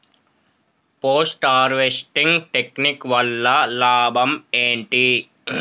Post harvesting technique వల్ల లాభం ఏంటి?